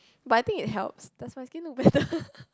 but I think it helps does my skin look better